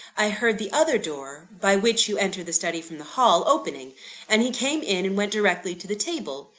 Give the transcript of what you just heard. i heard the other door, by which you enter the study from the hall, opening and he came in, and went directly to the table.